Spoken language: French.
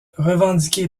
revendiqué